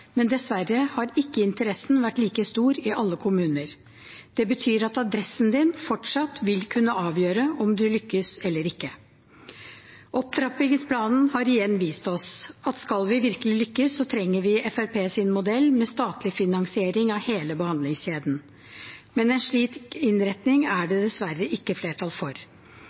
men dessverre har ikke interessen vært like stor i alle kommuner. Det betyr at adressen din fortsatt vil kunne avgjøre om du lykkes eller ikke. Opptrappingsplanen har igjen vist oss at skal vi virkelig lykkes, så trenger vi Fremskrittspartiets modell med statlig finansiering av hele behandlingskjeden. Men en slik innretning er det dessverre ikke flertall for.